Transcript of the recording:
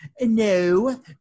No